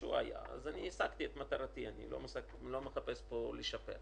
אני מספיק מנוסה כדי להתלבט קשה,